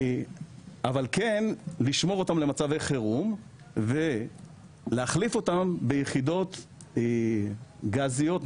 אבל כן לשמור אותן למצבי חירום ולהחליף אותן ביחידות גזיות,